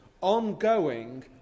ongoing